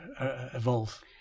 evolve